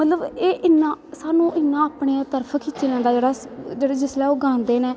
मतलव एह् इन्ना एह् साह्नू इन्ना अपनी तरफ खिच्चने दा जिसलै ओह् गांदे न